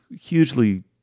hugely